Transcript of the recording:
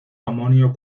amonio